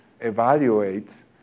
evaluate